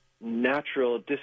natural